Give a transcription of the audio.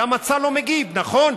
למה צה"ל לא מגיב, נכון?